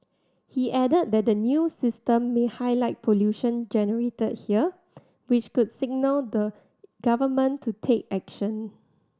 he added that the new system may highlight pollution generated here which could signal the Government to take action